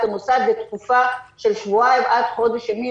למוסד לתקופה של שבועיים עד חודש ימים,